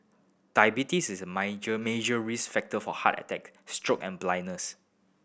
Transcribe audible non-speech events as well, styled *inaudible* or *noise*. diabetes is a *unintelligible* major risk factor for heart attacks stroke and blindness